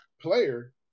player